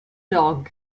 dog